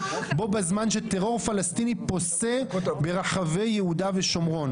בו בזמן שטרור פלסטיני פושה ברחבי יהודה ושומרון